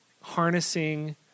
harnessing